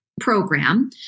program